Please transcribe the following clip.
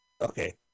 okay